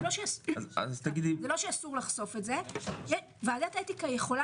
זה לא שאסור לחשוף את זה ועדת האתיקה יכולה